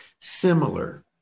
Similar